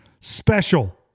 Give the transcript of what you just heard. Special